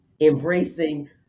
embracing